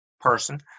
person